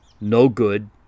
no-good